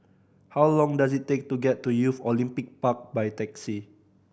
how long does it take to get to Youth Olympic Park by taxi